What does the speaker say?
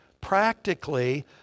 practically